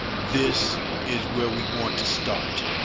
this is where we want to start.